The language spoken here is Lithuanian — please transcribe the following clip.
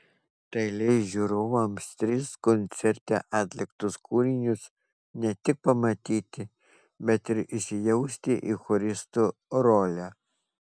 tai leis žiūrovams tris koncerte atliktus kūrinius ne tik pamatyti bet ir įsijausti į choristo rolę